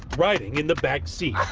riding in the back seat.